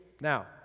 Now